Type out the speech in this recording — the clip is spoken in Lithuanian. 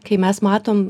kai mes matom